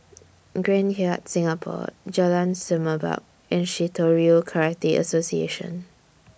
Grand Hyatt Singapore Jalan Semerbak and Shitoryu Karate Association